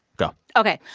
go ok.